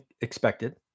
expected